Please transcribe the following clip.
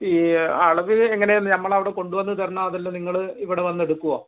ഈ അളവ് എങ്ങനെയാണ് നമ്മൾ അവിടെ കൊണ്ട് വന്ന് തരണോ അതല്ല നിങ്ങൾ ഇവിടെ വന്ന് എടുക്കുമോ